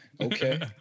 Okay